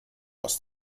aus